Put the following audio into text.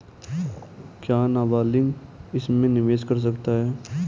क्या नाबालिग इसमें निवेश कर सकता है?